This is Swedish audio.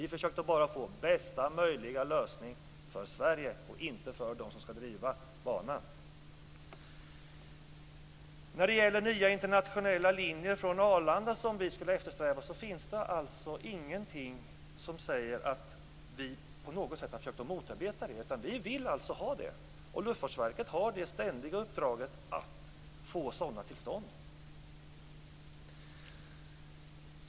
Vi försökte bara få bästa möjliga lösning för Sverige, och inte för dem som ska driva banan. När det gäller de eftersträvade nya internationella linjerna från Arlanda finns det ingenting som säger att vi på något sätt har försökt motarbeta dem. Vi vill ha sådana! Luftfartsverket har det ständiga uppdraget att få sådana till stånd.